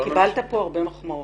אגב, קיבלת כאן הרבה מחמאות.